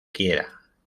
quiera